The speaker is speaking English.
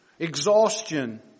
exhaustion